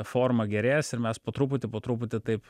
forma gerės ir mes po truputį po truputį taip